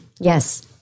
Yes